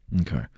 Okay